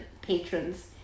patrons